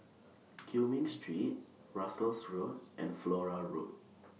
Cumming Street Russels Road and Flora Road